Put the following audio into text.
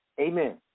Amen